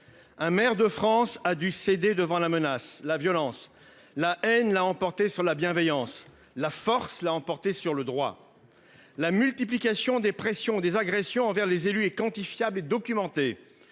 Un maire de France a dû céder devant la menace, la violence, la haine, l'a emporté sur la bienveillance la force l'a emporté sur le droit. La multiplication des pressions des agressions envers les élus et quantifiable et documenté.